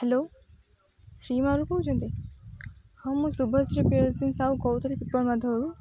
hello Shri ରୁ କହୁଛନ୍ତି ହଁ ମୁଁ ଶୁଭଶ୍ରୀ ପ୍ରିୟଦର୍ଶୀନି ସାହୁ କହୁଥିଲି ପିପଳ ମାଧବରୁ